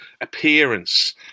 appearance